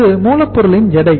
இது மூலப் பொருளின் எடை